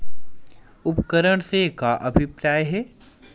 उपकरण से का अभिप्राय हे?